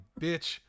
bitch